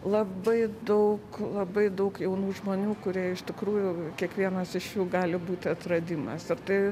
labai daug labai daug jaunų žmonių kurie iš tikrųjų kiekvienas iš jų gali būti atradimas ir tai